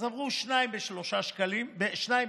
אז עברו שניים בשני שקלים, שניים